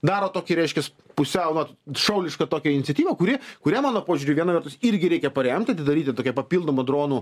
daro tokį reiškias pusiau vat šaulišką tokią iniciatyvą kuri kurią mano požiūriu viena vertus irgi reikia paremti atidaryti tokią papildomą dronų